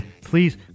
please